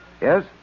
Yes